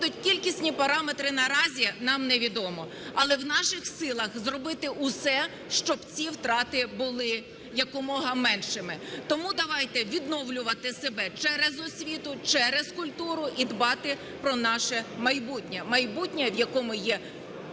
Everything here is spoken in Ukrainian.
кількісні параметри наразі, нам невідомо, але в наших силах зробити все, щоб ці втрати були якомога меншими. Тому давайте відновлювати себе через освіту, через культуру і дбати про наше майбутнє – майбутнє, в якому є